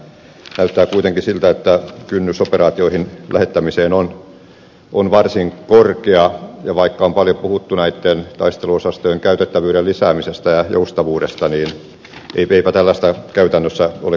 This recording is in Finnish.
näyttää kuitenkin siltä että kynnys operaatioihin lähettämiseen on varsin korkea ja vaikka on paljon puhuttu näitten taisteluosastojen käytettävyyden lisäämisestä ja joustavuudesta niin eipä tällaista käytännössä ole kuitenkaan näkynyt